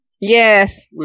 Yes